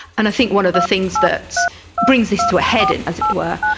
and i think one of the things that brings this to a head, and as it were,